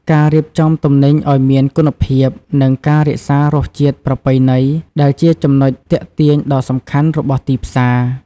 ការរៀបចំទំនិញឱ្យមានគុណភាព និងការរក្សារសជាតិប្រពៃណី ដែលជាចំណុចទាក់ទាញដ៏សំខាន់របស់ទីផ្សារ។